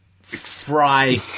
fry